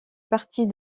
partie